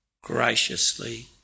graciously